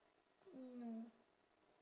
no